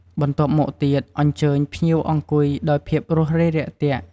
បន្ទាប់មកទៀតអញ្ជើញភ្ញៀវអង្គុយដោយភាពរួសរាយរាក់ទាក់។